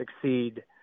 succeed